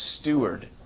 steward